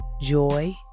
joy